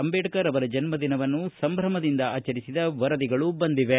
ಅಂಬೇಡ್ಕರ ಅವರ ಜನ್ದಿನವನ್ನು ಸಂಭ್ರಮದಿಂದ ಆಚರಿಸಿದ ವರದಿಗಳು ಬಂದಿವೆ